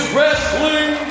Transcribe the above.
Wrestling